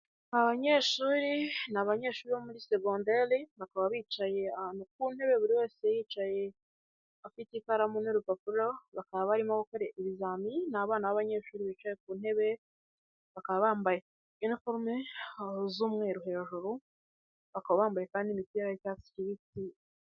Aba banyeshuri ni abanyeshuri bo muri segonderi, bakaba bicaye ahantu ku ntebe buri wese yicaye afite ikaramu n'urupapuro, bakaba barimo gukora ibizamini, ni abana b'abanyeshuri bicaye ku ntebe, bakaba bambaye iniforume z'umweru hejuru, bakaba bambaye kandi imipira y'icyatsi kibisi.